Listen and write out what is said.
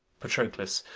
patroclus,